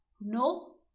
No